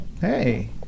hey